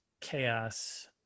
chaos